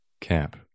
Cap